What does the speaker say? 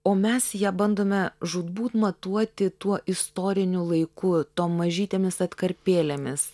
o mes ją bandome žūtbūt matuoti tuo istoriniu laiku tom mažytėmis atkarpėlėmis